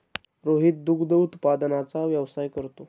रोहित दुग्ध उत्पादनाचा व्यवसाय करतो